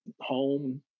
home